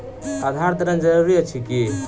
आधार देनाय जरूरी अछि की?